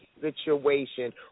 situation